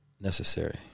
Necessary